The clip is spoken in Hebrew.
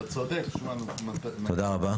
תודה רבה.